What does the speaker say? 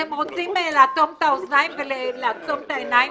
אתם רוצים לאטום את האוזניים ולעצום את העיניים?